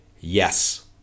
yes